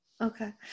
Okay